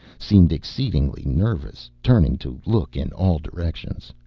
seemed exceedingly nervous, turning to look in all directions.